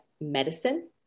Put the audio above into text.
medicine